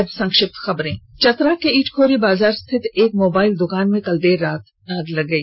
और अब संक्षिप्त खबरें चतरा के इटखोरी बाजार स्थित एक मोबाइल दुकान में कल देर रात आग लग गई